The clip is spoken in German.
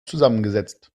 zusammengesetzt